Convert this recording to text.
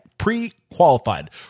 pre-qualified